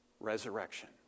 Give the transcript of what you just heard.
resurrection